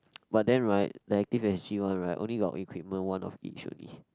but then right the Active S_G one right only got equipment one of each only